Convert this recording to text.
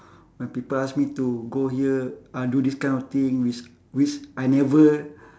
when people ask me to go here ah do this kind of thing which which I never